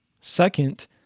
Second